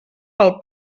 pel